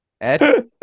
Ed